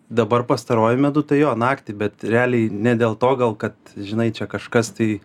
dabar pastaruoju metu tai jo naktį bet realiai ne dėl to gal kad žinai čia kažkas tai